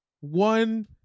one